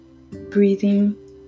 breathing